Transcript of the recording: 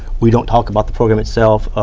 we don't talk about the program itself,